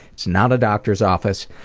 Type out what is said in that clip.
it's not a doctor's office.